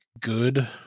good